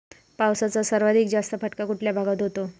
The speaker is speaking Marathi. पावसाचा सर्वाधिक जास्त फटका कुठल्या भागात होतो?